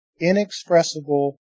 inexpressible